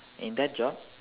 in that job